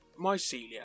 Mycelia